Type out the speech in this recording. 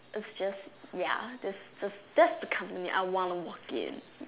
is just ya that's just that's the company I want to work in